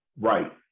right